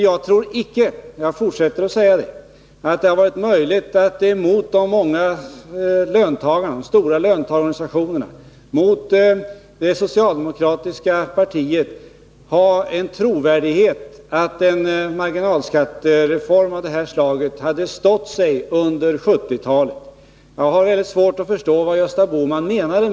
Jag tror inte — jag fortsätter att betona det — att det varit möjligt att mot de många löntagarna, mot de stora löntagarorganisationerna och mot det socialdemokratiska partiet göra anspråk på trovärdighet och hävda att en marginalskattereform av detta slag hade stått sig under 1980-talet. Jag har svårt att förstå vad Gösta Bohman menar.